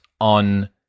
on